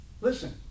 listen